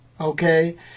okay